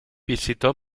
visitó